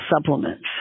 supplements